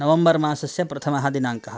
नवंबर् मासस्य प्रथमदिनाङ्कः